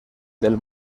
del